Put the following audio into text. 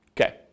Okay